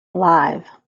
alive